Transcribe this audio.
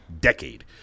decade